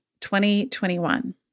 2021